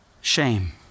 shame